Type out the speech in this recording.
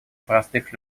простых